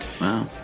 wow